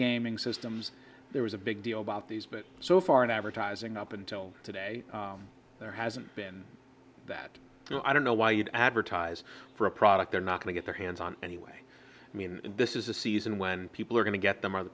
gaming systems there was a big deal about these but so far in advertising up until today there hasn't been that so i don't know why you'd advertise for a product they're not going to get their hands on anyway i mean this is the season when people are going to get them are the